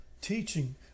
teaching